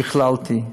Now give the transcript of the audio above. שכללתי,